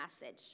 message